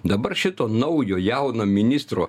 dabar šito naujo jauno ministro